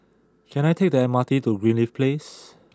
can I take the M R T to Greenleaf Place